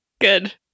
Good